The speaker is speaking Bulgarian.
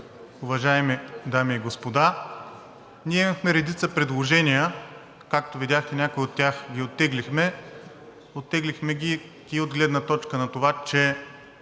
Уважаеми дами и господа! Ние имахме редица предложения. Както видяхте, някои от тях ги оттеглихме, оттеглихме ги и от гледна точка на това, както